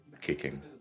kicking